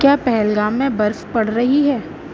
کیا پہلگام میں برف پڑ رہی ہے